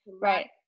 Right